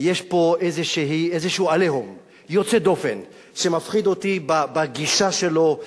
יש פה "עליהום" יוצא דופן שמפחיד אותי בגישה שלו,